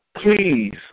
Please